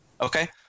Okay